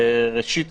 ראשית,